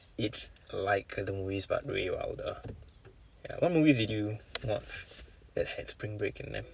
it's like the movies but way wilder ya what movies did you watch that had spring break in them